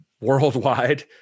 worldwide